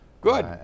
Good